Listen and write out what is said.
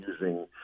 using